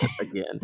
again